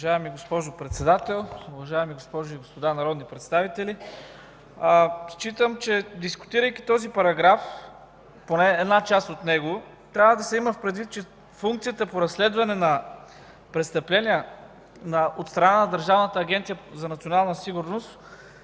Уважаема госпожо Председател, уважаеми госпожи и господа народни представители! Считам, че дискутирайки този параграф, поне една част от него, трябва да се има предвид, че функцията по разследване на престъпления от страна на Държавната агенция „Национална сигурност”,